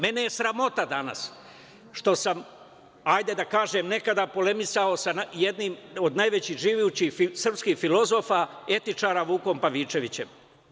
Mene je sramota danas što sam, hajde da kažem, nekada polemisao sa jednim od najvećih srpskih filozofa, etičara, Vukom Pavičevićem.